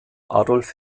adolf